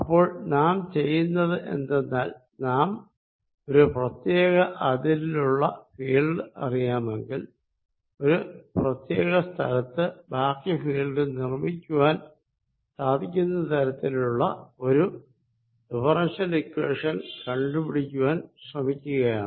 അപ്പോൾ നാം ചെയ്യുന്നത് എന്തെന്നാൽ നാം ഒരു പ്രത്യേക അതിരിലുള്ള ഫീൽഡ് അറിയാമെങ്കിൽ ഒരു പ്രത്യേക സ്ഥലത്തു ബാക്കി ഫീൽഡ് നിർമ്മിക്കുവാൻ സാധിക്കുന്ന തരത്തിലുള്ള ഒരു ഡിഫെറെൻഷ്യൽ ഇക്വേഷൻ കണ്ടുപിടിക്കുവാൻ ശ്രമിക്കുകയാണ്